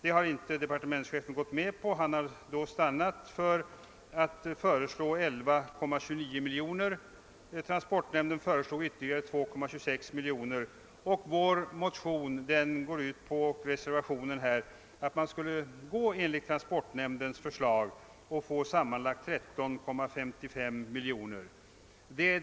Departementschefen har inte gått med på detta utan har stannat för att föreslå 11,29 miljoner kronor. Transportnämnden föreslog ytterligare 2,26 miljoner kronor. Vår motion och reservation innebär att man skulle acceptera transportnämndens förslag och få sammanlagt 13,55 miljoner kronor.